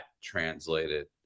translated